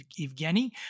Evgeny